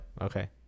Okay